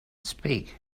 speak